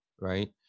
right